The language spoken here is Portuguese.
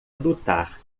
lutar